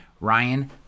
Ryan